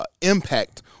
impact